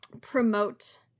promote